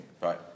right